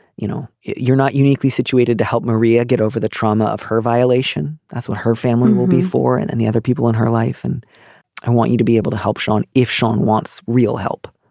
you know you're not uniquely situated to help maria get over the trauma of her violation. that's what her family will be for. and and the other people in her life and i want you to be able to help sean if sean wants real help